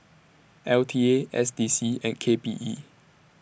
L T A S D C and K P E